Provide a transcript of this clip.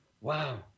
Wow